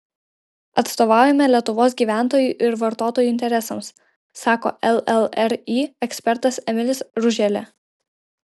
atstovaujame lietuvos gyventojų ir vartotojų interesams sako llri ekspertas emilis ruželė